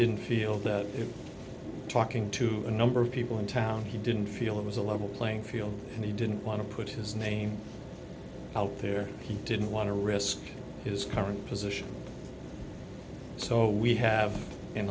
didn't feel that talking to a number of people in town he didn't feel it was a level playing field and he didn't want to put his name out there he didn't want to risk his current position so we have in